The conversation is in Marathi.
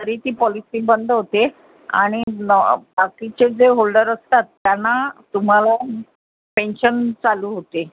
तरी ती पॉलिसी बंद होते आणि बाकीचे जे होल्डर असतात त्यांना तुम्हाला पेन्शन चालू होते